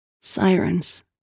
Sirens